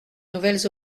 nouvelles